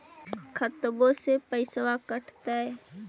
खतबे से पैसबा कटतय?